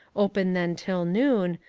open then till noon,